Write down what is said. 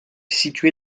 située